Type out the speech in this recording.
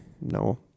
No